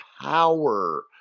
power